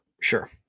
sure